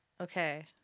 Okay